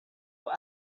will